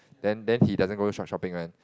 then then he doesn't go shop shopping one